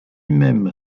même